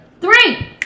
three